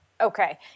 Okay